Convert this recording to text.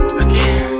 Again